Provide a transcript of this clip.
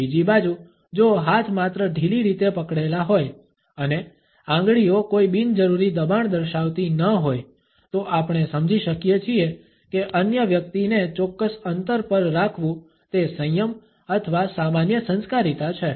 બીજી બાજુ જો હાથ માત્ર ઢીલી રીતે પકડેલા હોય અને આંગળીઓ કોઈ બિનજરૂરી દબાણ દર્શાવતી ન હોય તો આપણે સમજી શકીએ છીએ કે અન્ય વ્યક્તિને ચોક્કસ અંતર પર રાખવું તે સંયમ અથવા સામાન્ય સંસ્કારિતા છે